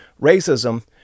racism